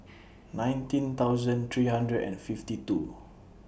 nineteen thousand three hundred and fifty two